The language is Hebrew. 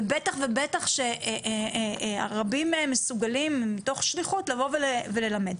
ובטח ובטח שרבים מהם מסוגלים מתוך שליחות לבוא וללמד.